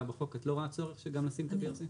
בחוק את לא רואה תורך של לשים את ה-BRC?